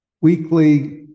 weekly